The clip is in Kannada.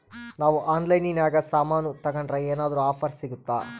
ನಾವು ಆನ್ಲೈನಿನಾಗ ಸಾಮಾನು ತಗಂಡ್ರ ಏನಾದ್ರೂ ಆಫರ್ ಸಿಗುತ್ತಾ?